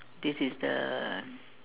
this is the